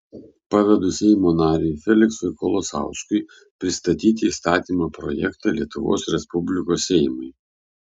pavedu seimo nariui feliksui kolosauskui pristatyti įstatymo projektą lietuvos respublikos seimui